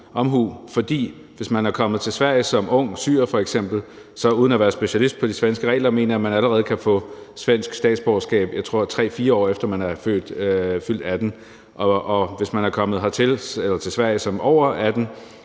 omhu, for hvis man er kommet til Sverige som ung syrer f.eks., mener jeg uden at være specialist på de svenske regler, at man allerede kan få svensk statsborgerskab, 3-4 år – tror jeg – efter man er fyldt 18 år. Og hvis man er kommet til Sverige som værende